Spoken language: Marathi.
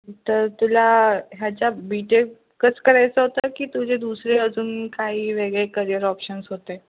तर तुला ह्याच्या बी टेकच करायचं होतं की तुझे दुसरे अजून काही वेगळे करिअर ऑप्शन्स होते